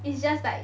it's just like